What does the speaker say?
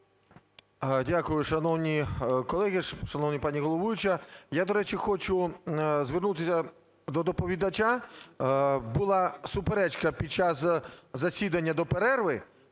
Дякую. Шановні колеги! Шановна пані головуюча! Я, до речі, хочу звернутися до доповідача. Була суперечка під час засідання до перерви